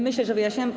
Myślę, że wyjaśniłam.